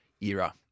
era